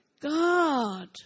God